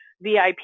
VIP